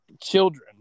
children